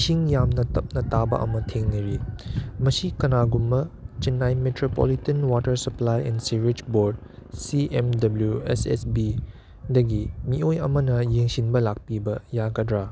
ꯏꯁꯤꯡ ꯌꯥꯝꯅ ꯇꯞꯅ ꯇꯥꯕ ꯑꯃ ꯊꯦꯡꯅꯔꯤ ꯃꯁꯤ ꯀꯅꯥꯒꯨꯝꯕ Chennai metropolitan water supply and ꯁꯤꯋꯤꯁ board C M W S S ꯕꯤꯗꯒꯤ ꯃꯤꯑꯣꯏ ꯑꯃꯅ ꯌꯦꯡꯁꯤꯟꯕ ꯂꯥꯛꯄꯤꯕ ꯌꯥꯒꯗ꯭ꯔ